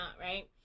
right